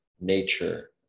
nature